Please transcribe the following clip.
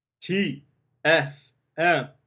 T-S-M